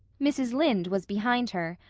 mrs. lynde was behind her,